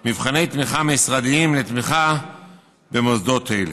מבחני תמיכה משרדיים לתמיכה במוסדות אלה.